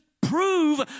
prove